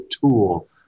tool